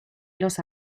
los